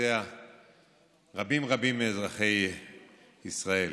שזעזע רבים רבים מאזרחי ישראל.